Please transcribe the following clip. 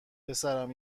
پسرم